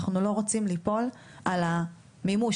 אנחנו לא רוצים ליפול על המימוש,